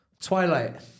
Twilight